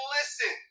listen